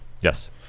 Yes